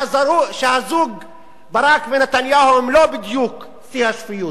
שהזוג ברק ונתניהו הם לא בדיוק שיא השפיות.